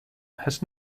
has